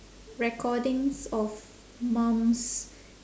recordings of mum's